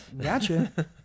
Gotcha